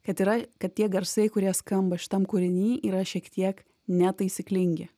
kad yra kad tie garsai kurie skamba šitam kūriny yra šiek tiek netaisyklingi